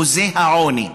אחוזי העוני,